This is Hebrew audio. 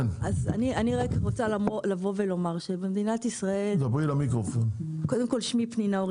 אני רק רוצה לומר שהתפקיד שלנו,